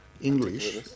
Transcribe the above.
English